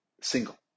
single